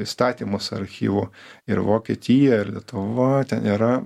įstatymus archyvų ir vokietija ir lietuva ten yra